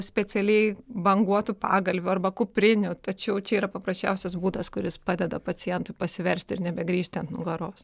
specialiai banguotų pagalvių arba kuprinių tačiau čia yra paprasčiausias būdas kuris padeda pacientui pasiversti ir nebegrįžti ant nugaros